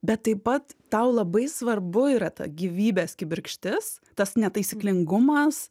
bet taip pat tau labai svarbu yra ta gyvybės kibirkštis tas netaisyklingumas